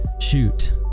shoot